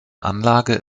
anlage